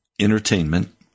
entertainment